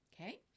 Okay